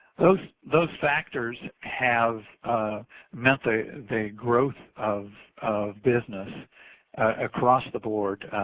those those factors have meant the the growth of of business across the board.